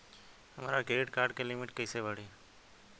हमार credit card के limit कइसे बढ़ी?